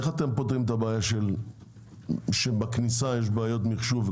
איך אתם פותרים את הבעיה שבכניסה יש בעיות מחשוב?